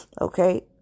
Okay